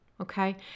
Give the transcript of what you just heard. Okay